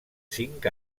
cinc